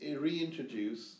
reintroduce